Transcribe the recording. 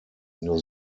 nur